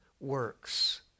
works